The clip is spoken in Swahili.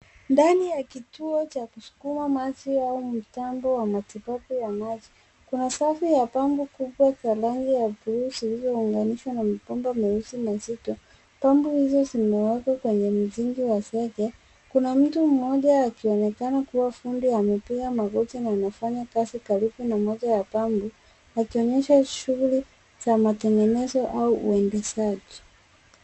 Ndani ya kituo cha kuskuma maji au mitambo wa matibabu ya maji. Kuna safu ya bango kubwa za rangi ya buluu zilizounganishwa na mabomba meusi mazito. Bomba hizo zimewekwa kwenye msingi wa zege. Kuna mtu mmoja akionekana kuwa fundi amepiga magoti na anafanya kazi karibu na moja ya bango, yakionyesha shughuli za matengenezo au uendeshaji.